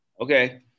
Okay